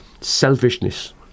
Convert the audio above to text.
selfishness